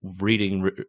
reading